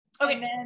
Okay